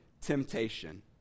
temptation